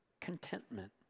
contentment